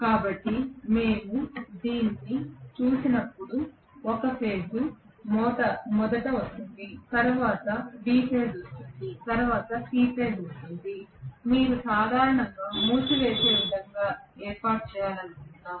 కాబట్టి మేము దానిని చూసినప్పుడు ఒక ఫేజ్ మొదట వస్తుంది తరువాత B ఫేజ్ వస్తుంది తరువాత C ఫేజ్ వస్తుంది కాబట్టి మీరు సాధారణంగా మూసివేసే విధంగా ఏర్పాటు చేయాలనుకుంటున్నాము